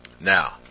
Now